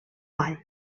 ball